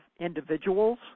individuals